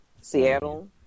Seattle